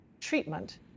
treatment